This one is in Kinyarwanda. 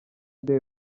day